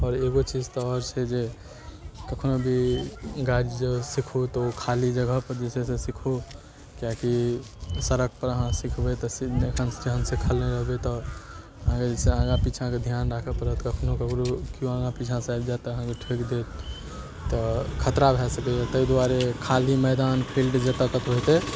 आओर एगो चीज तऽ आओर छै जे कखनो भी गाड़ी जे सीखू तऽ ओ खाली जगहपर जे छै से सीखू किएकि सड़कपर अहाँ सिखबै तऽ जखन सिखल नहि रहबै तऽ अहाँके जे छै से आगाँ पिछाँके धिआन राखऽ पड़त कखनो ककरो केओ आगाँ पिछाँसँ आबि जाएत तऽ अहाँके ठोकि देत तऽ खतरा भऽ सकैए ताहि दुआरे खाली मैदान फील्ड जतऽ कतहु हेतै